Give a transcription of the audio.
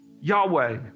Yahweh